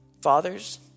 Fathers